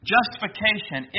Justification